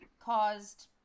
caused